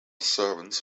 servants